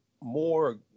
more